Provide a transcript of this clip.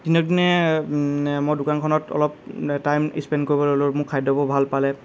দিনক দিনে মই দোকানখনত অলপ মানে টাইম স্পেণ্ড কৰিবলৈ ল'লোঁ মোৰ খাদ্যবোৰ ভাল পালে